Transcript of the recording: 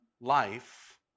life